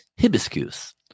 hibiscus